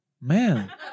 Man